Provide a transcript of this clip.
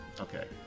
Okay